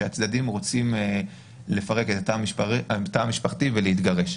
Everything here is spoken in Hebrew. כשהצדדים רוצים לפרק את התא המשפחתי ולהתגרש.